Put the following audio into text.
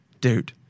dude